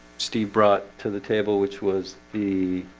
steve brought to the table, which was the